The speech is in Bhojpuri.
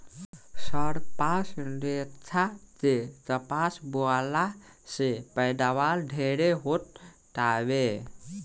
सरपास लेखा के कपास बोअला से पैदावार ढेरे हो तावे